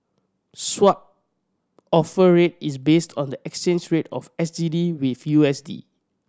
Swap Offer Rate is based on the exchange rate of S G D with U S D